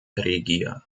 regia